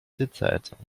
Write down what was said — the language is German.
sitzheizung